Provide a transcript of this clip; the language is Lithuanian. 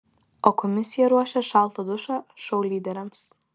o komisija ruošia šaltą dušą šou lyderiams